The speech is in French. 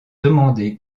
demandé